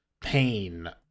pain